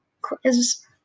quiz